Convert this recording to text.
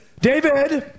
David